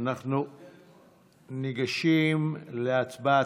אנחנו ניגשים להצבעה,